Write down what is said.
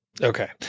Okay